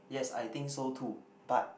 yes I think so too but